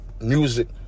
music